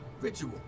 Ritual